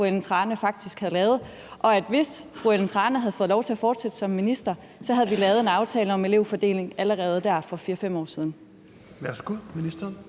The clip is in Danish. som fru Ellen Trane Nørby faktisk havde lavet, og at hvis fru Ellen Trane Nørby havde fået lov til at fortsætte som minister, havde vi lavet en aftale om elevfordelingen allerede for 4-5 år siden?